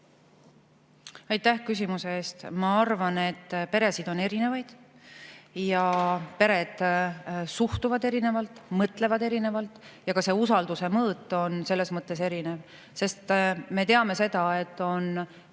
Aitäh küsimuse eest! Ma arvan, et peresid on erinevaid ja pered suhtuvad erinevalt, mõtlevad erinevalt ja ka see usalduse mõõt on selles mõttes erinev. Me teame seda, et on